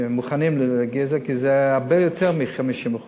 שהם מוכנים לזה, כי זה הרבה יותר מ-50%,